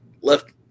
left